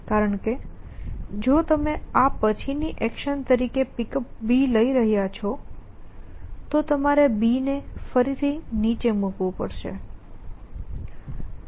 કારણ કે જો તમે આ પછીની એક્શન તરીકે Pickup લઇ રહ્યા છો તો તમારે B ને ફરીથી નીચે મૂકવું પડશે